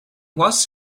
was